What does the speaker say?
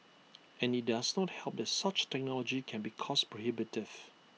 and IT does not help that such technology can be cost prohibitive